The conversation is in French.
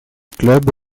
club